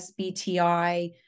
SBTI